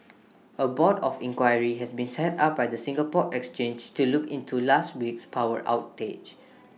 A board of inquiry has been set up by the Singapore exchange to look into last week's power outage